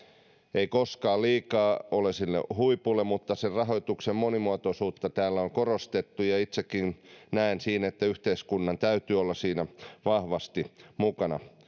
ei koskaan liikaa ole huipulle mutta sen rahoituksen monimuotoisuutta täällä on korostettu ja itsekin näen että yhteiskunnan täytyy olla siinä vahvasti mukana